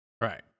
Right